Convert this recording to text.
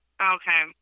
okay